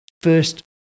first